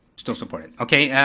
still support it, okay, yeah